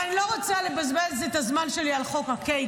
אבל אני לא רוצה לבזבז את הזמן שלי על חוק ה-KK,